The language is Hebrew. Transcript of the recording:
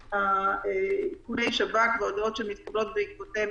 לגבי עדכוני שב"כ והודעות שמתקבלות בעקבותיהן,